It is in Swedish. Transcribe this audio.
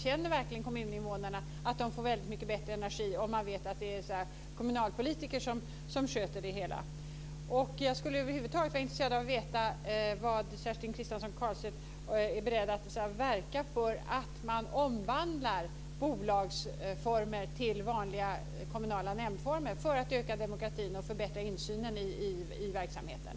Känner verkligen kommuninvånarna att de får väldigt mycket bättre energi om de vet att det är kommunalpolitiker som sköter det hela? Jag skulle över huvud taget vara intresserad av att veta om Kerstin Kristiansson Karlstedt är beredd att verka för att man omvandlar bolagsformer till vanliga kommunala nämndformer för att öka demokratin och förbättra insynen i verksamheten.